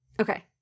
Okay